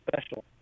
special